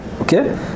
Okay